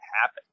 happen